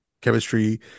chemistry